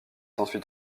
ensuite